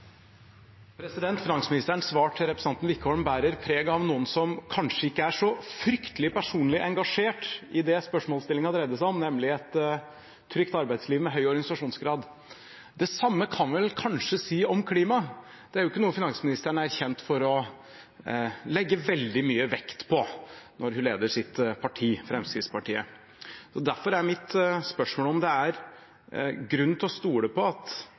så fryktelig personlig engasjert i det spørsmålsstillingen dreide seg om, nemlig et trygt arbeidsliv med høy organisasjonsgrad. Det samme kan vi kanskje si om klima. Det er ikke noe finansministeren er kjent for å legge veldig mye vekt på når hun leder sitt parti, Fremskrittspartiet. Derfor er mitt spørsmål om det er grunn til å stole på at